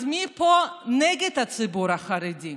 אז מי פה נגד הציבור החרדי?